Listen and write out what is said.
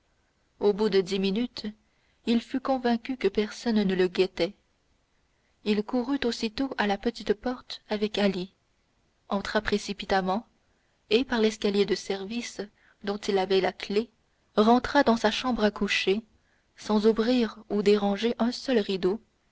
au bout de dix minutes il fut convaincu que personne ne le guettait il courut aussitôt à la petite porte avec ali entra précipitamment et par l'escalier de service dont il avait la clef rentra dans sa chambre à coucher sans ouvrir ou déranger un seul rideau